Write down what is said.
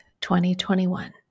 2021